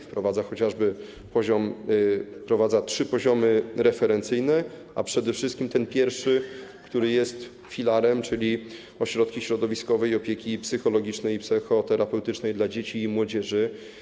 Wprowadza ona chociażby trzy poziomy referencyjne, przede wszystkim ten pierwszy, który jest filarem, czyli ośrodki środowiskowej opieki psychologicznej i psychoterapeutycznej dla dzieci i młodzieży.